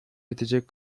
yetecek